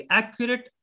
accurate